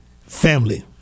family